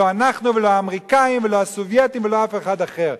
לא אנחנו ולא האמריקנים ולא הסובייטים ולא אף אחד אחר.